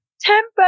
Temper